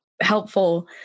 helpful